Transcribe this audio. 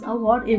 Award